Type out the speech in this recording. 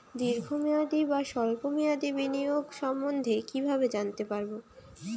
দীর্ঘ মেয়াদি বা স্বল্প মেয়াদি বিনিয়োগ সম্বন্ধে কীভাবে জানতে পারবো?